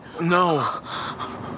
No